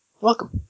Welcome